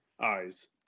eyes